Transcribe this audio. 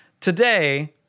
Today